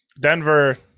Denver